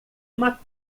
uma